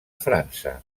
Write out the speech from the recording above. frança